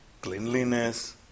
cleanliness